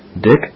Dick